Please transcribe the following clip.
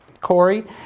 Corey